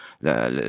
la